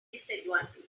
disadvantage